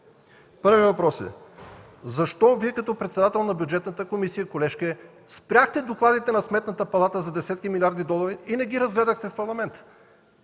Първият въпрос е: защо Вие, като председател на Бюджетната комисия, колежке, спряхте докладите на Сметната палата за десетки милиарди долари и не ги разгледахте в Парламента?